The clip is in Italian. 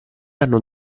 hanno